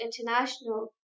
International